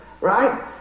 right